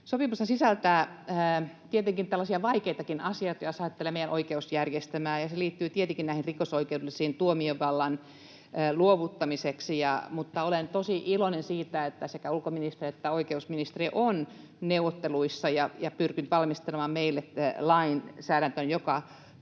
Sopimushan sisältää tietenkin tällaisia vaikeitakin asioita, jos ajattelee meidän oikeusjärjestelmää, ja se liittyy tietenkin näihin rikosoikeudellisiin asioihin tuomiovallan luovuttamiseksi. Mutta olen tosi iloinen siitä, että sekä ulkoministeriö että oikeusministeriö ovat neuvotteluissa ja pyrkineet valmistelemaan meille lainsäädäntöä, joka turvaa